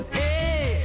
hey